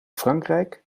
frankrijk